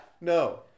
No